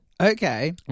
Okay